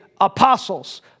apostles